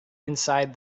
inside